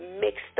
mixed